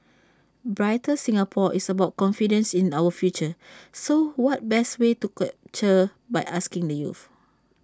brighter Singapore is about confidence in our future so what best way to capture by asking the youth